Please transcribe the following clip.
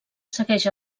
segueix